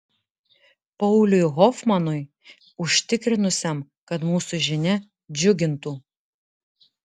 pauliui hofmanui užtikrinusiam kad mūsų žinia džiugintų